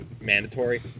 mandatory